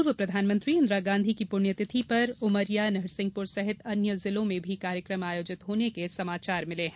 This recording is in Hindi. पूर्व प्रधानमंत्री इंदिरा गांधी की पुण्यतिथि पर उमरिया नरसिंहपुर सहित अन्य जिलों में भी कार्यक्रम आयोजित करने के समाचार मिले हैं